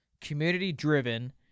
community-driven